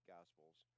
Gospels